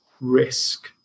risk